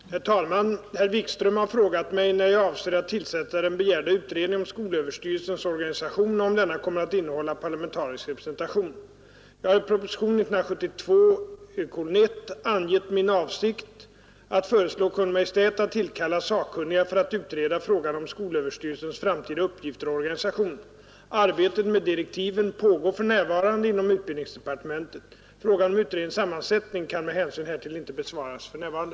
skolöverstyrelsens Herr talman! Herr Wikström har frågat mig när jag avser att tillsätta organisation den begärda utredningen om skolöverstyrelsens organisation och om denna kommer att innehålla parlamentarisk representation. Jag har i propositionen 1 år 1972 angett min avsikt att föreslå Kungl. Maj:t att tillkalla sakkunniga för att utreda frågan om skolöverstyrelsens framtida uppgifter och organisation. Arbetet med direktiven pågår för närvarande inom utbildningsdepartementet. Frågan om utredningens sammansättning kan med hänsyn härtill inte besvaras för närvarande.